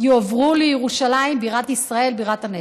יועברו לירושלים בירת ישראל, בירת הנצח.